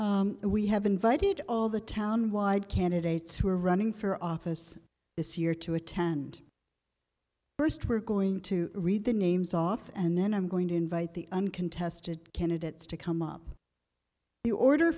and we have invited all the town wide candidates who are running for office this year to attend first we're going to read the names off and then i'm going to invite the uncontested candidates to come up the order